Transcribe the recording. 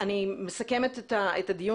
אני רוצה שנקדיש את מעט הזמן